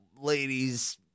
ladies